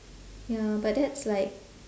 ya but that's like